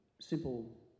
simple